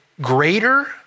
greater